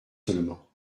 seulement